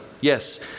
Yes